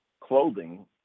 clothing